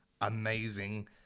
amazing